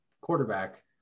quarterback